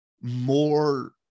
more